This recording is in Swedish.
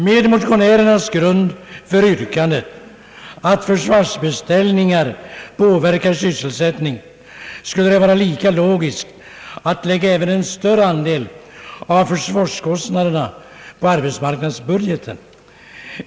Med motionärernas grund för yrkandet — att försvarsbeställningar påverkar sysselsättningen — skulle det vara lika logiskt att lägga även en större andel av försvarskostnaderna på arbetsmarknadsbudgeten.